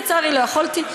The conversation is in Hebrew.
לצערי לא יכולתי: